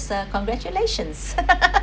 so congratulations